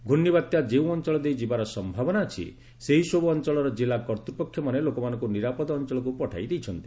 ଘର୍ଷ୍ଣିବାତ୍ୟା ଯେଉଁ ଅଞ୍ଚଳ ଦେଇ ଯିବାର ସମ୍ଭାବନା ଅଛି ସେହିସବୁ ଅଞ୍ଚଳର ଜିଲ୍ଲା କର୍ତ୍ତ୍ୱପକ୍ଷମାନେ ଲୋକମାନଙ୍କୁ ନିରାପଦ ଅଞ୍ଚଳକୁ ପଠାଇ ଦେଇଛନ୍ତି